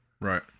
Right